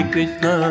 Krishna